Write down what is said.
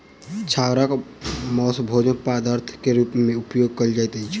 छागरक मौस भोजन पदार्थ के रूप में उपयोग कयल जाइत अछि